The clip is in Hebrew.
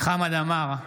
חמד עמאר,